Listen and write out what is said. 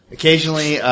Occasionally